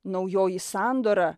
naujoji sandora